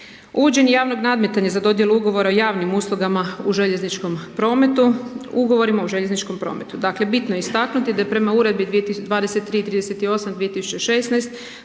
Uvođenje javnog nadmetanja za dodjelu ugovora o javnim uslugama u željezničkom prometu, ugovorima o željezničkom prometu. Dakle, bitno istaknuti da je prema Uredbi 2338/2016